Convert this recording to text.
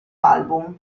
album